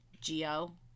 Geo